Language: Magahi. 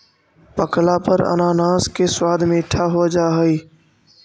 पकला पर अनानास के स्वाद मीठा हो जा हई